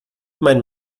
mein